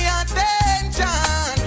attention